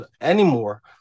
anymore